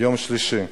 יום שלישי,